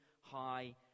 high